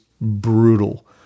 brutal